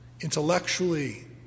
intellectually